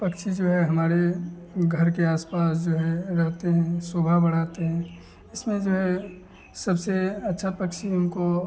पक्षी जो है हमारे घर के आसपास जो है रहते हैं शोभा बढ़ाते हैं इसमें जो है सबसे अच्छा पक्षी हमको